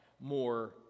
more